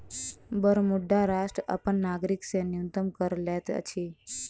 Bermuda राष्ट्र अपन नागरिक से न्यूनतम कर लैत अछि